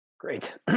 Great